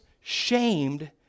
shamed